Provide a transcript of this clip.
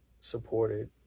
supported